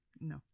No